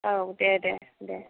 औ दे दे दे